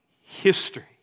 history